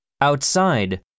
Outside